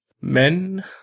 men